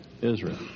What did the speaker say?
Israel